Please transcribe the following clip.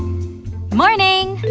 morning!